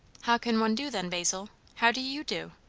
how can one do then, basil? how do you do?